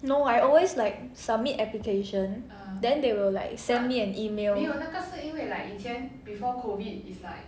no I always like submit application then they will like send me an email